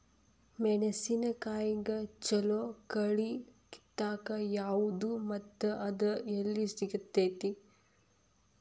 ಮೆಣಸಿನಕಾಯಿಗ ಛಲೋ ಕಳಿ ಕಿತ್ತಾಕ್ ಯಾವ್ದು ಮತ್ತ ಅದ ಎಲ್ಲಿ ಸಿಗ್ತೆತಿ?